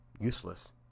useless